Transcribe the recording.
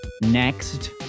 next